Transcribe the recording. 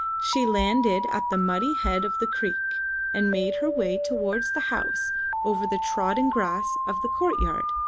she landed at the muddy head of the creek and made her way towards the house over the trodden grass of the courtyard.